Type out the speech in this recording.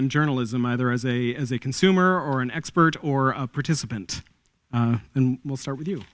and journalism either as a as a consumer or an expert or participant and we'll start with you